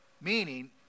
Meaning